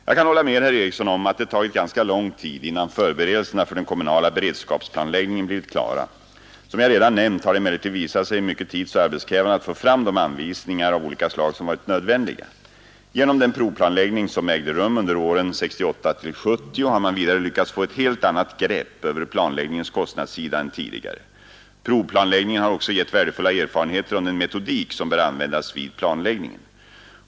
Jag kan hålla med herr Eriksson om att det tagit ganska lång tid innan förberedelserna för den kommunala beredskapsplanläggningen blivit klara. Som jag redan nämnt har det emellertid visat sig mycket tidsoch arbetskrävande att få fram de anvisningar av olika slag som varit nödvändiga. Genom den provplanläggning som ägde rum under åren 1968-1970 har man vidare lyckats få ett helt annat grepp över planläggningens kostnadssida än tidigare. Provplanläggningen har också gett värdefulla erfarenheter om den metodik som bör användas vid planläggningen.